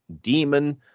demon